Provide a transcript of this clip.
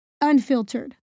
unfiltered